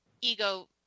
ego